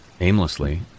Aimlessly